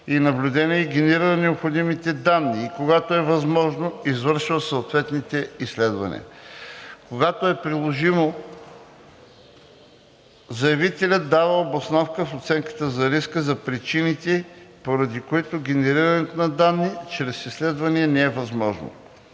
от наблюдения, и генерира необходимите данни и когато е възможно, извършва съответните изследвания. Когато е приложимо, заявителят дава обосновка в ОР за причините, поради които генерирането на данни чрез изследвания не е възможно.